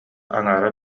аҥаара